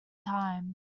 time